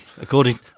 according